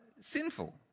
Sinful